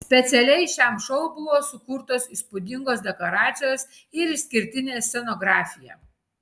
specialiai šiam šou buvo sukurtos įspūdingos dekoracijos ir išskirtinė scenografija